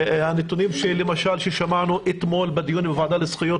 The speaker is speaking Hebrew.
הנתונים ששמענו בדיון בוועדה לזכויות